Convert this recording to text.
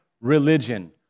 religion